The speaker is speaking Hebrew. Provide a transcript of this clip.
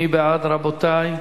מי בעד, רבותי?